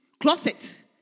closet